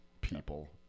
people